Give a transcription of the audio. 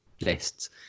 lists